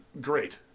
Great